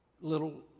little